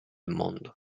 mondo